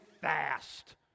fast